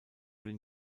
den